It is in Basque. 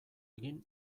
egin